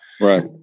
Right